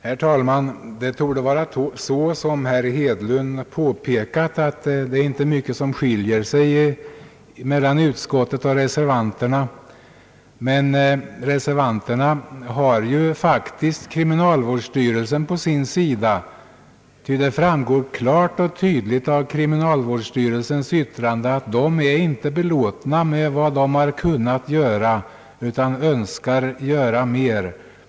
Herr talman! Såsom herr Hedlund har påpekat, torde det inte vara mycket som skiljer mellan utskottet och reservanterna. Men reservanterna har ju faktiskt kriminalvårdsstyrelsen på sin sida, ty det framgår klart och tydligt av styrelsens remissyttrande att man där icke är belåten med vad man nu förmår göra utan önskar göra mer.